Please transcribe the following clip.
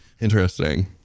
interesting